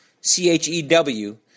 C-H-E-W